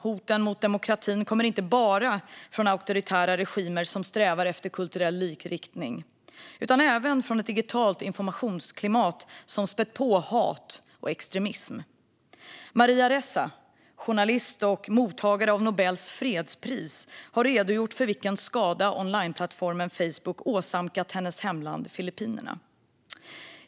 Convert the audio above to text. Hoten mot demokratin kommer inte bara från auktoritära regimer som strävar efter kulturell likriktning, utan även från ett digitalt informationsklimat som spätt på hat och extremism. Maria Ressa, journalist och mottagare av Nobels fredspris, har redogjort för vilken skada onlineplattformen Facebook åsamkat hennes hemland Filippinerna.